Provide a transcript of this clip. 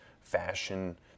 fashion